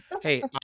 hey